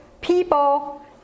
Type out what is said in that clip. people